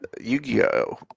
Yu-Gi-Oh